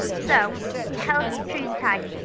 so he held his trews tight,